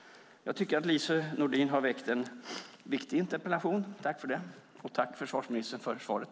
Jag tycker att Lise Nordin har ställt en viktig interpellation. Tack för den, och tack, försvarsministern, för svaret!